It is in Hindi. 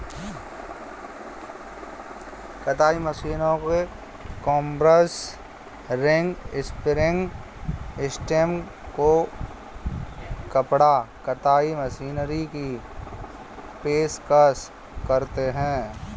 कताई मशीनों को कॉम्बर्स, रिंग स्पिनिंग सिस्टम को कपड़ा कताई मशीनरी की पेशकश करते हैं